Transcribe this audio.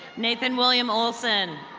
nathan william olson.